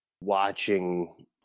watching